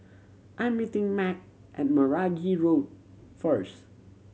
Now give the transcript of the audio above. I'm meeting Mack at Meragi Road first